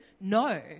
No